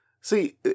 See